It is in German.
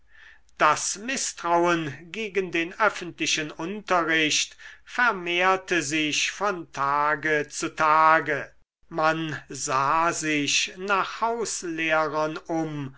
das mißtrauen gegen den öffentlichen unterricht vermehrte sich von tage zu tage man sah sich nach hauslehrern um